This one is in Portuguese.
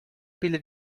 pilha